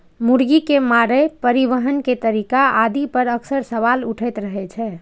मुर्गी के मारै, परिवहन के तरीका आदि पर अक्सर सवाल उठैत रहै छै